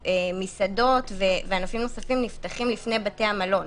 מסעדות וענפים נוספים נפתחים לפני בתי המלון,